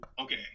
okay